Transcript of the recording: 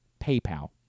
PayPal